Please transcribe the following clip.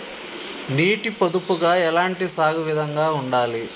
నీటి పొదుపుగా ఎలాంటి సాగు విధంగా ఉండాలి?